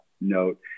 note